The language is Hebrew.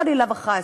חלילה וחס,